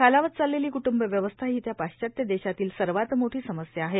खालावत चाललेली क्टंब व्यवस्था ही त्या पाश्चात्य देशांतील सर्वात मोठी समस्या आहे